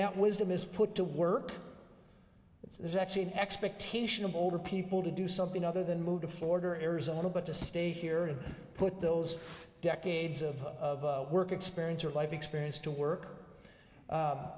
that wisdom is put to work it's actually an expectation of older people to do something other than move to florida or arizona but to stay here and put those decades of work experience or life experience to work